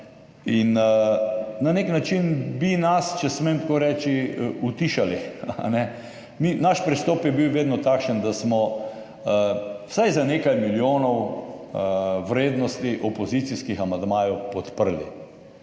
in na nek način bi nas, če smem tako reči, utišali. Naš pristop je bil vedno takšen, da smo vsaj za nekaj milijonov vrednosti opozicijskih amandmajev Podprli.